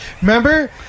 Remember